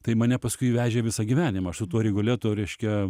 tai mane paskui vežė visą gyvenimą su tuo rigoletu reiškia